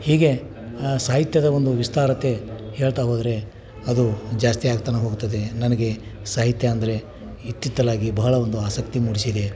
ಹೀಗೆ ಸಾಹಿತ್ಯದ ಒಂದು ವಿಸ್ತಾರತೆ ಹೇಳ್ತಾ ಹೋದರೆ ಅದು ಜಾಸ್ತಿಯಾಗ್ತಾನೇ ಹೋಗ್ತದೆ ನನಗೆ ಸಾಹಿತ್ಯ ಅಂದರೆ ಇತ್ತಿತ್ತಲಾಗಿ ಬಹಳ ಒಂದು ಆಸಕ್ತಿ ಮೂಡಿಸಿದೆ